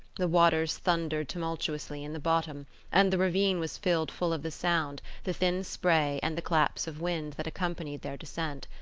the waters thundered tumultuously in the bottom and the ravine was filled full of the sound, the thin spray, and the claps of wind, that accompanied their descent.